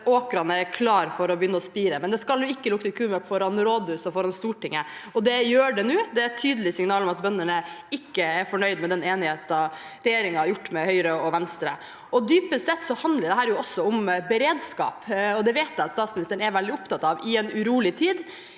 åkrene er klare for å begynne å spire, men det skal jo ikke lukte kumøkk foran rådhuset og foran Stortinget, og det gjør det nå. Det er et tydelig signal om at bøndene ikke er fornøyd med den enigheten regjeringen har fått med Høyre og Venstre. Dypest sett handler dette også om beredskap, og det vet jeg at statsministeren er veldig opptatt av. I en urolig tid